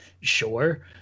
sure